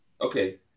Okay